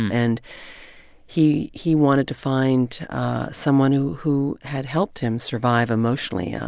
and he he wanted to find someone who who had helped him survive emotionally,